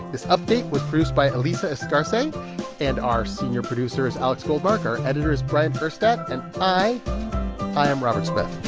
this update was produced by alissa escarce, and our senior producer is alex goldmark. our editor is bryant urstadt. and i i am robert smith.